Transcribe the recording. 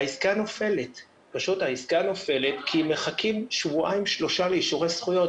העסקה נופלת כי הם מחכים שבועיים-שלושה לאישורי זכויות.